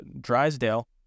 Drysdale